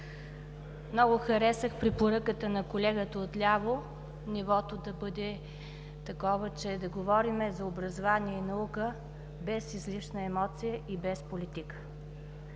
Много харесах препоръката на колегата от ляво, нивото да бъде такова, че да говорим за образование и наука без излишна емоция и без политика.